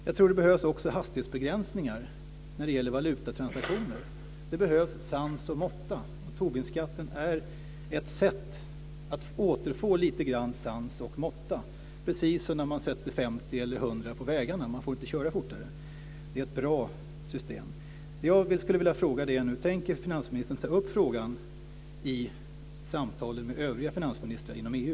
Jag tror att det behövs hastighetsbegränsningar också när det gäller valutatransaktioner. Det behövs sans och måtta, och Tobinskatten är ett sätt att återfå lite grann sans och måtta, precis som när man sätter en gräns på 50 eller 100 kilometer i timmen på vägarna. Man får inte köra fortare. Det är ett bra system. Det jag skulle vilja fråga är om finansministern tänker ta upp frågan i samtalen med övriga finansministrar inom EU.